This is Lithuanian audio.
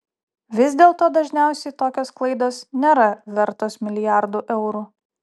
vis dėlto dažniausiai tokios klaidos nėra vertos milijardų eurų